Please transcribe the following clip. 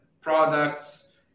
products